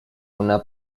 una